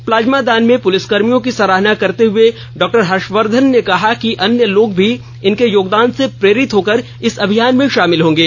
plasma दान में पुलिसकर्मियों की सराहना करते हुए डॉ हर्षवर्धन ने कहा कि अन्य लोग भी इनके योगदान से प्रेरित होकर इस अभियान में शामिल होंगे